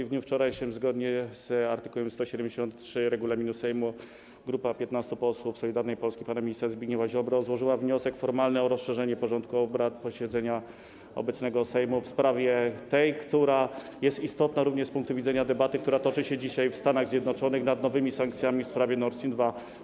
W dniu wczorajszym, zgodnie z art. 173 regulaminu Sejmu, grupa 15 posłów Solidarnej Polski pana ministra Zbigniewa Ziobry złożyła wniosek formalny o rozszerzenie porządku obrad obecnego posiedzenia Sejmu w tej sprawie, która jest istotna również z punktu widzenia debaty, która toczy się dzisiaj w Stanach Zjednoczonych nad nowymi sankcjami w sprawie Nord Stream 2.